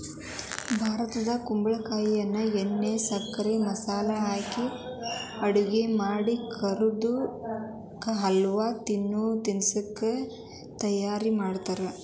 ಭಾರತದಾಗ ಕುಂಬಳಕಾಯಿಯನ್ನ ಬೆಣ್ಣೆ, ಸಕ್ಕರೆ ಮತ್ತ ಮಸಾಲೆ ಹಾಕಿ ಅಡುಗೆ ಮಾಡಿ ಕದ್ದು ಕಾ ಹಲ್ವ ಅನ್ನೋ ತಿನಸ್ಸನ್ನ ತಯಾರ್ ಮಾಡ್ತಾರ